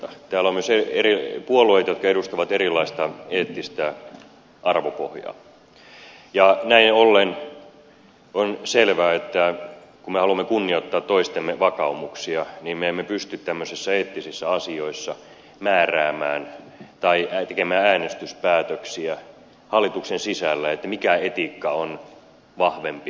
täällä on myös puolueita jotka edustavat erilaista eettistä arvopohjaa ja näin ollen on selvää että kun me haluamme kunnioittaa toistemme vakaumuksia niin me emme pysty tämmöisissä eettisissä asioissa määräämään tai tekemään äänestyspäätöksiä hallituksen sisällä siitä mikä etiikka on vahvempi toistansa vahvempi